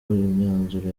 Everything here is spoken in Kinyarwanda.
imyanzuro